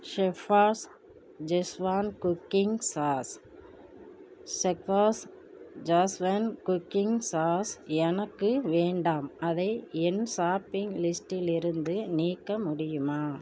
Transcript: chef's Schezwan cooking sauce Chef's Schezwan cooking sauce எனக்கு வேண்டாம் அதை என் ஷாப்பிங் லிஸ்ட்டில் இருந்து நீக்க முடியுமா